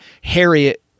harriet